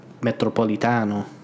Metropolitano